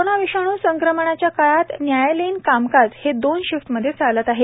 corona विषाणू संक्रमणाच्या काळात न्यायालयीन कामकाज हे दोन शिफ्टमध्ये चालत आहे